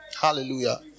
Hallelujah